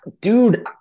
Dude